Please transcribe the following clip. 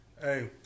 Hey